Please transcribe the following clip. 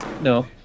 no